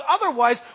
otherwise